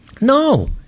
no